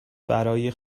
برای